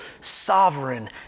sovereign